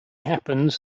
happens